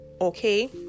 Okay